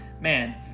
Man